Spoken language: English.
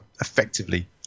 effectively